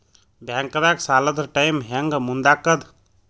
ಬ್ಯಾಂಕ್ದಾಗ ಸಾಲದ ಟೈಮ್ ಹೆಂಗ್ ಮುಂದಾಕದ್?